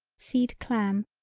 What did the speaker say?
seed clam,